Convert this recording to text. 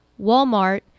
Walmart